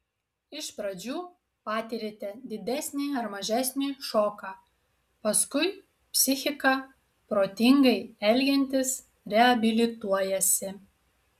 iš pradžių patiriate didesnį ar mažesnį šoką paskui psichika protingai elgiantis reabilituojasi